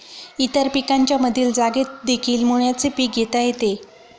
इतर पिकांच्या मधील जागेतदेखील मुळ्याचे पीक घेता येते